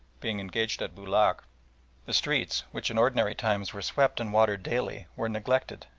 being engaged at boulac the streets, which in ordinary times were swept and watered daily, were neglected,